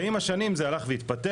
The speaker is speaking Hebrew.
ועם השנים זה הלך והתפתח.